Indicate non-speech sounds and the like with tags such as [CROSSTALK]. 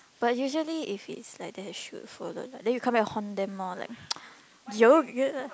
but usually if it's like that should follow lah then you come back haunt them lor like [NOISE] you all